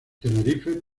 tenerife